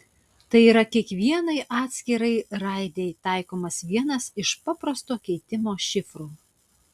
tai yra kiekvienai atskirai raidei taikomas vienas iš paprasto keitimo šifrų